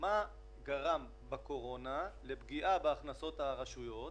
מה גרם בקורונה לפגיעה בהכנסות הרשויות?